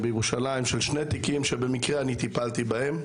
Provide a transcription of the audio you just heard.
בירושלים של שני תיקים שבמקרה אני טיפלתי בהם.